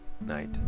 night